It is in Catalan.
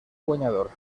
guanyador